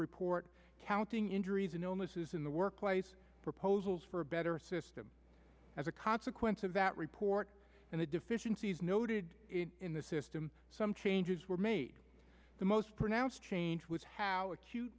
report counting injuries and illnesses in the workplace proposals for a better system as a consequence of that report and the deficiencies noted in the system some changes were made the most pronounced change was how acute